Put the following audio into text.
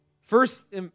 first